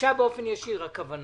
הכוונה